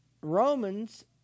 Romans